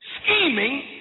Scheming